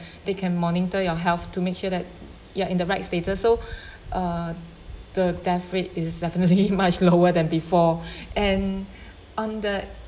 they can monitor your health to make sure that you're in the right status so uh the death rate is definitely much lower than before and on the